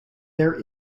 there